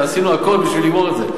ועשינו הכול בשביל לגמור את זה.